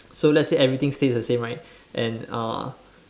so let's say everything stays the same right and uh